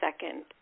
second